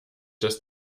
dass